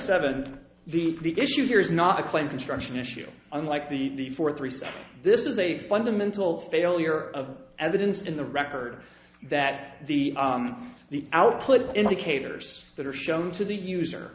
seven the issue here is not a claim construction issue unlike the four three say this is a fundamental failure of evidence in the record that the the output indicators that are shown to the user